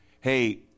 hey